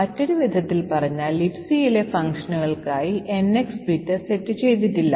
മറ്റൊരു വിധത്തിൽ പറഞ്ഞാൽ Libcയിലെ ഫംഗ്ഷനുകൾക്കായി NX ബിറ്റ് സെറ്റ് ചെയ്തിട്ടില്ല